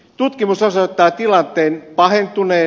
tutkimus osoittaa tilanteen pahentuneen